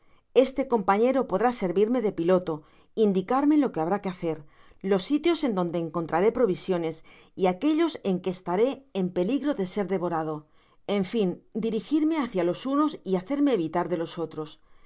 este compañero podrá servirme de piloto indicarm e lo que habrá que hacer los sitios en donde encontrar é provisiones y aquellos en que estaró en peligro de ser devorado en fin dirigirme hácia los unos y hacerme evitar de ios otros